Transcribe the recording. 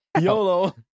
YOLO